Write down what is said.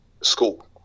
school